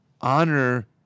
honor